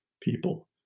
people